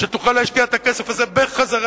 שתוכל להשקיע את הכסף הזה בחזרה,